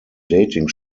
dating